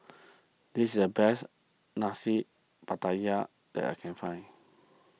this is the best Nasi Pattaya that I can find